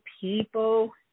people